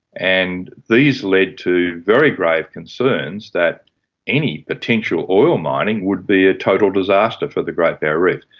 and these led to very grave concerns that any potential oil mining would be a total disaster for the great barrier reef.